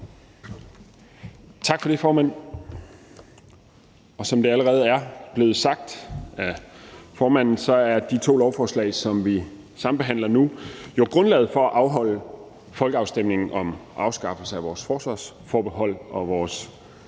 Tak for det, formand. Som det allerede er blevet sagt af formanden, er de to lovforslag, som vi sambehandler nu, jo grundlaget for at afholde folkeafstemningen om afskaffelse af vores forsvarsforbehold og om vores